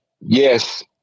yes